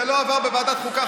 זה לא עבר בוועדת החוקה,